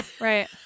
Right